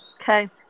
Okay